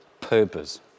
purpose